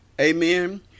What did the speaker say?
amen